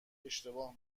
اشتباه